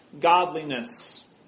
godliness